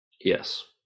Yes